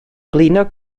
blino